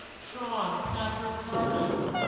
shawn patrick hardin